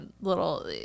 little